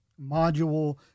module